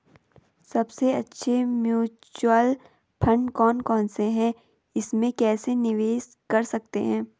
सबसे अच्छे mutual fund कौन कौनसे हैं इसमें कैसे निवेश कर सकते हैं?